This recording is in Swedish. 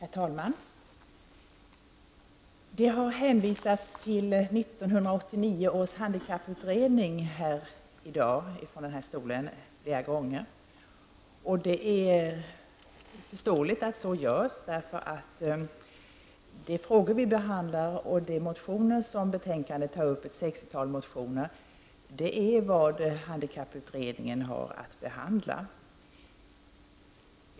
Herr talman! Det har flera gånger hänvisats till 1989 års handikapputredning från kammarens talarstol. Det är förståeligt att så görs -- de frågor som tas upp och de motioner som behandlas i betänkandet -- ett sextiotal -- är vad handikapputredningen har att behandla.